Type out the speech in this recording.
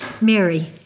Mary